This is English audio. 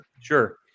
Sure